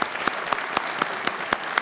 (מחיאות כפיים)